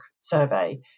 survey